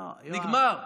נגמר.